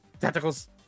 tentacles